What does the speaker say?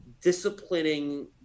disciplining